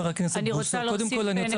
אני רוצה קודם כל להגיד דבר